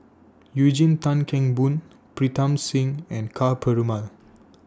Eugene Tan Kheng Boon Pritam Singh and Ka Perumal